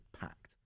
packed